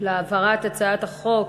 על העברת הצעת החוק